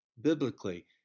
Biblically